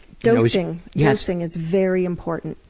dosing yeah dosing is very important.